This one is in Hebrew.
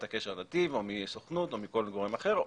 הקשר נתיב או מהסוכנות או מכל גורם אחר,